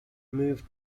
moved